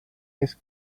his